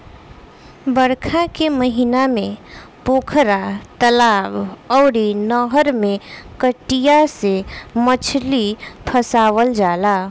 बरखा के महिना में पोखरा, तलाब अउरी नहर में कटिया से मछरी फसावल जाला